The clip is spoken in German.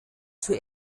zur